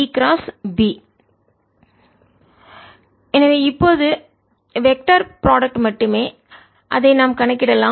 4πR2o E R20r2 r S 10 E× B எனவே இது இப்போது வெக்டர் திசையன் ப்ராடக்ட் மட்டுமே அதை நாம் கணக்கிடலாம்